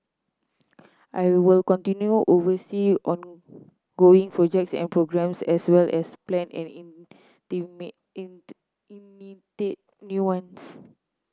I will continue oversee ongoing projects and programmes as well as plan and new ones